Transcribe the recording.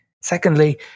Secondly